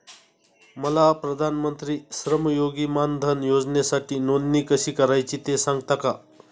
मला प्रधानमंत्री श्रमयोगी मानधन योजनेसाठी नोंदणी कशी करायची ते सांगता का?